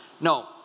No